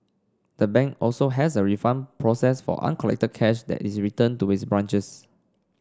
the bank also has a refund process for uncollected cash that is returned to its branches